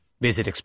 Visit